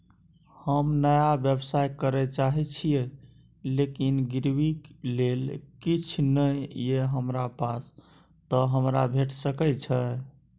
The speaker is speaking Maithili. हम नया व्यवसाय करै चाहे छिये लेकिन गिरवी ले किछ नय ये हमरा पास त हमरा भेट सकै छै?